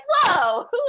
whoa